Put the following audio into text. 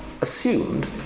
assumed